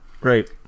Right